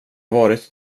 varit